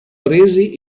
presi